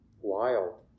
wild